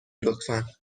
لطفا